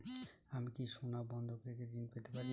আমি কি সোনা বন্ধক রেখে ঋণ পেতে পারি?